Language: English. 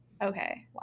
Okay